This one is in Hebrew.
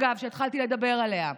אגב, שהתחלתי לדבר עליה.